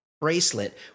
bracelet